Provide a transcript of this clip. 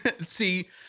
See